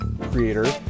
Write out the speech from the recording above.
creator